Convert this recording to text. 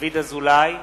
דוד אזולאי,